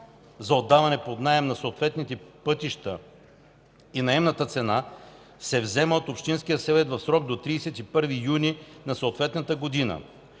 за отдаване под наем на съответните пътища и наемната цена се взема от общинския съвет в срок до 31 юни на съответната година.